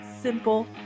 simple